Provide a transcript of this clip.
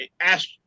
ask